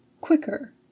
quicker